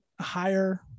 higher